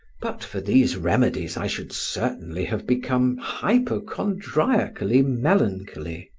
but for these remedies i should certainly have become hypochondriacally melancholy.